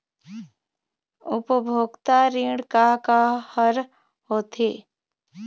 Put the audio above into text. उपभोक्ता ऋण का का हर होथे?